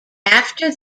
after